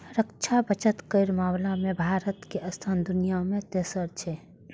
रक्षा बजट केर मामला मे भारतक स्थान दुनिया मे तेसर छै